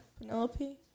Penelope